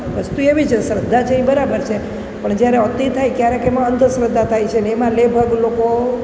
વસ્તુ એવી છે શ્રદ્ધા છે એ બરાબર છે પણ જ્યારે અતિ થાય ક્યારેક એમાં અંધશ્રદ્ધા થાય છે ને એમાં લેભાગુ લોકો